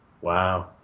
Wow